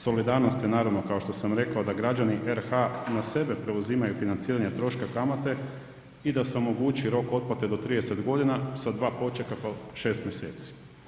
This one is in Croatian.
Solidarnost je naravno kao što sam rekao da građani RH na sebe preuzimaju financiranje troška kamate i da se omogući rok otplate do 30 godina sa 2 počeka po 6 mjeseci.